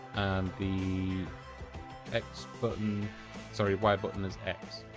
the x button sorry y button as x